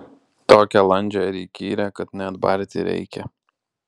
tokią landžią ir įkyrią kad net barti reikia